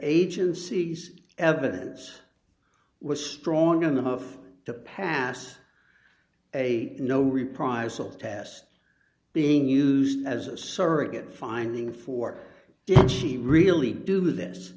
agency's evidence was strong enough to pass a no reprisal test being used as a surrogate finding for did she really do this